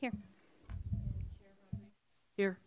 here here